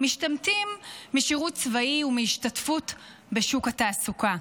משתמטים משירות צבאי ומהשתתפות בשוק התעסוקה.